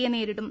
യെ നേരിടും